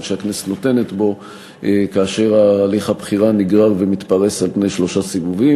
שהכנסת נותנת בו כאשר הליך הבחירה נגרר ומתפרס על פני שלושה סיבובים.